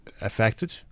affected